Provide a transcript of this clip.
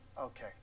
okay